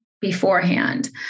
beforehand